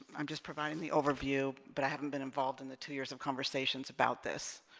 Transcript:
i'm just providing the overview but i haven't been involved in the two years of conversations about this